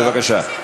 בבקשה.